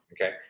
Okay